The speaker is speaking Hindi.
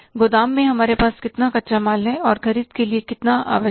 गोदाम में हमारे पास कितना कच्चा माल है और खरीद के लिए कितना आवश्यक है